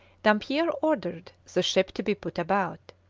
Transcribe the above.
dampier ordered the ship to be put about.